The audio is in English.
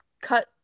cut